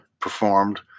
performed